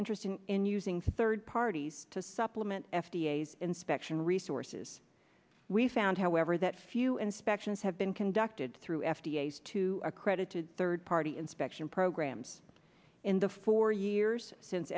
interested in using third parties to supplement f d a s inspection resources we found however that few inspections have been conducted through f d a as to accredited third party inspection programs in the four years since